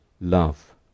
love